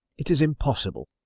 it is impossible.